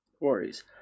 worries